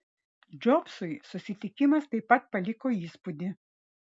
džobsui susitikimas taip pat paliko įspūdį